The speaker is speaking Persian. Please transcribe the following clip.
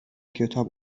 کتاب